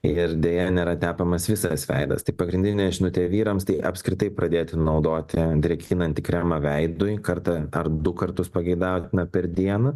ir deja nėra tepamas visas veidas tai pagrindinė žinutė vyrams tai apskritai pradėti naudoti drėkinantį kremą veidui kartą ar du kartus pageidautina per dieną